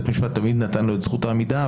בית משפט תמיד נתן לו את זכות העמידה,